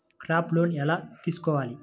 Crop loan ఎలా తీసుకోవాలి?